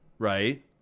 Right